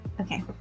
okay